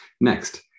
Next